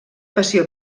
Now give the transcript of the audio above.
passió